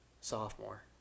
Sophomore